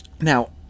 Now